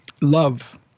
Love